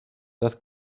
das